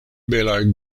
belaj